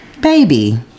baby